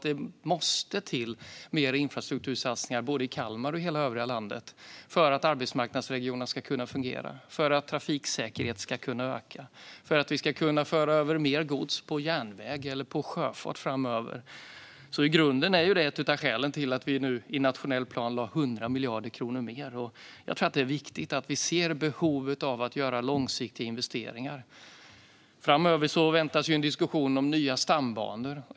Det måste till fler infrastruktursatsningar i både Kalmar och övriga landet för att arbetsmarknadsregionen ska kunna fungera, för att trafiksäkerheten ska kunna öka och för att vi ska kunna föra över mer gods till järnväg eller sjöfart framöver. I grunden är detta ett av skälen till att vi nu i den nationella planen lade 100 miljarder kronor mer. Det är viktigt att vi ser behovet av att göra långsiktiga investeringar. Framöver väntar en diskussion om nya stambanor.